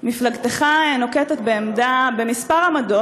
מפלגתך נוקטת כמה עמדות,